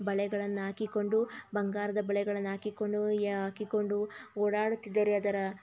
ಬಳೆಗಳನ್ನು ಹಾಕಿಕೊಂಡು ಬಂಗಾರದ ಬಳೆಗಳನ್ನು ಹಾಕಿಕೊಳ್ಳುವ ಯಾ ಹಾಕಿಕೊಂಡು ಓಡಾಡುತ್ತಿದ್ದರೆ ಅದರ